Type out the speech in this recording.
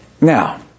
Now